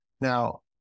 Now